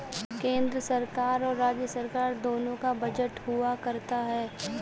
केन्द्र सरकार और राज्य सरकार दोनों का बजट हुआ करता है